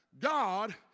God